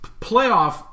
playoff